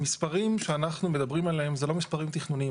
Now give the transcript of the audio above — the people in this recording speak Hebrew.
המספרים שאנחנו מדברים עליהם זה לא מספרים תכנוניים.